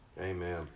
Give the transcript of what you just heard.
Amen